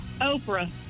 Oprah